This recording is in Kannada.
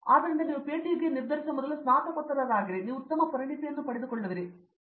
ಆದ್ದರಿಂದ ನೀವು ಪಿಎಚ್ಡಿಗೆ ನಿರ್ಧರಿಸುವ ಮೊದಲು ಸ್ನಾತಕೋತ್ತರರಿಗಾಗಿ ನೀವು ಉತ್ತಮ ಪರಿಣತಿಯನ್ನು ಪಡೆದುಕೊಳ್ಳುತ್ತೀರಿ